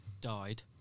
died